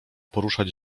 poruszać